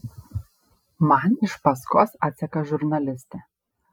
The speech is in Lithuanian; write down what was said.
man iš paskos atseka žurnalistė